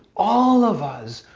all of us!